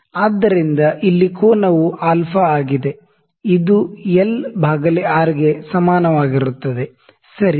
ಆದ್ದರಿಂದ ಇಲ್ಲಿ ಕೋನವು α ಆಗಿದೆ ಇದು ಎಲ್ ಭಾಗಲೇ ಆರ್ ಗೆ ಸಮಾನವಾಗಿರುತ್ತದೆ ಸರಿ